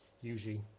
usually